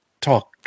talk